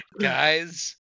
Guys